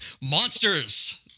Monsters